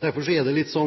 Derfor er det litt